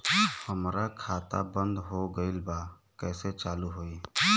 हमार खाता बंद हो गईल बा कैसे चालू होई?